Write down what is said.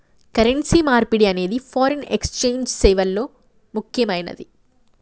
currency మార్పిడి అనేది foreign exchange సేవల్లో ముక్కెమైనది